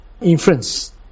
inference